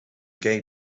gay